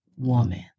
woman